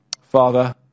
Father